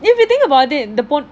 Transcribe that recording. if you think about it the po~